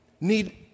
need